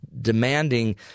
demanding